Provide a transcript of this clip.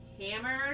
hammered